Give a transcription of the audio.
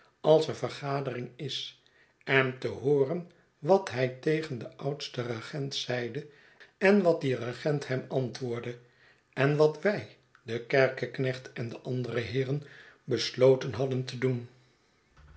als er vergadering is en te hooren wat hij tegen den oudsten regent zeide en wat die regent hem antwoordde en wat wij de kerkeknecht en de andere heeren besloten hadden te doen